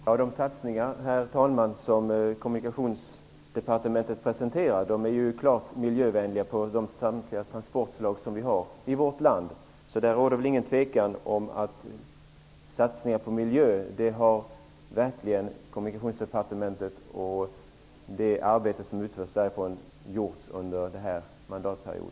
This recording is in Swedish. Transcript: Herr talman! De satsningar som Kommunikationsdepartementet presenterar för samtliga transportslag i vårt land är klart miljövänliga. Det råder ingen tvekan om att Kommunikationsdepartementet verkligen har gjort satsningar på miljön under denna mandatperiod.